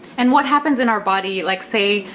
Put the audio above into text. and what happens in our body, like say,